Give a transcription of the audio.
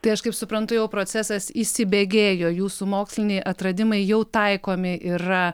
tai aš kaip suprantu jau procesas įsibėgėjo jūsų moksliniai atradimai jau taikomi yra